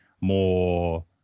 more